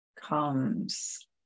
comes